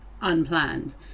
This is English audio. unplanned